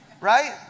right